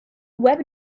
web